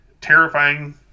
terrifying